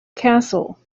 castle